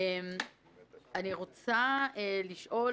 אני רוצה לשאול